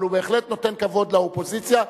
אבל הוא בהחלט נותן כבוד לאופוזיציה.